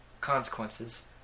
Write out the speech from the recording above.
consequences